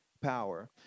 Power